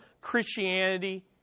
Christianity